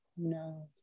No